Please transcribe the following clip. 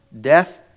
death